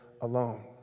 alone